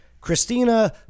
Christina